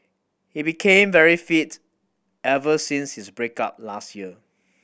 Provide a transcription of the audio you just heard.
he became very fit ever since his break up last year